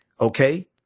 okay